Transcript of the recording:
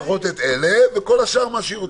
לפחות את אלה, וכל השאר מה שהיא רוצה.